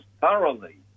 thoroughly